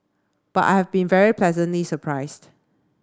but I have been very pleasantly surprised